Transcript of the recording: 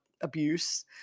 abuse